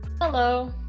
Hello